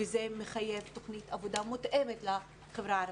וזה מחייב תוכנית עבודה מותאמת לחברה הערבית.